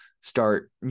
start